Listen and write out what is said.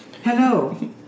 Hello